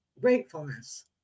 gratefulness